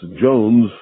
jones